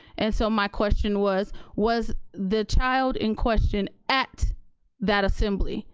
and so my question was, was the child in question at that assembly?